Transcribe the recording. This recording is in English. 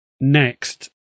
next